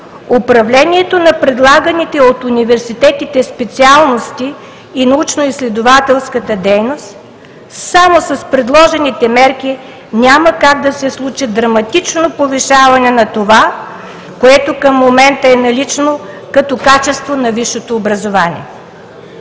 управлението на предлаганите от университетите специалности и научноизследователската дейност само с предложените мерки няма как да се случи драматично повишаване на това, което към момента е налично като качество на висшето образование.